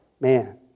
Man